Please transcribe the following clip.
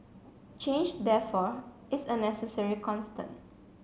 change therefore is a necessary constant